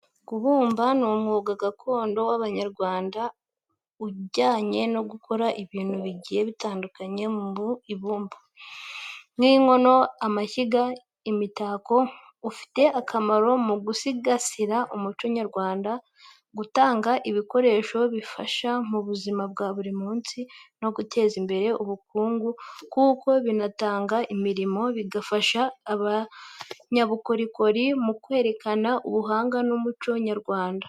Kubumba ni umwuga gakondo w’Abanyarwanda ujyanye no gukora ibintu bigiye bitandukanye mu ibumba, nk’inkono, amashyiga, n’imitako. Ufite akamaro mu gusigasira umuco nyarwanda, gutanga ibikoresho bifasha mu buzima bwa buri munsi, no guteza imbere ubukungu kuko binatanga imirimo, bigafasha abanyabukorikori mu kwerekana ubuhanga n’umuco nyarwanda.